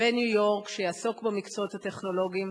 בניו-יורק שיעסוק במקצועות הטכנולוגיים.